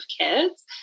kids